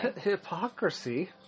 Hypocrisy